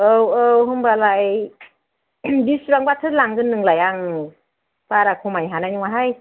औ औ होनबालाय बेसेबांथो लांगोन नोंलाय आं बारा खमायनो हानाय नङाहाय